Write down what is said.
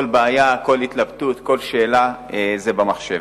כל בעיה, כל התלבטות, כל שאלה, הכול במחשב.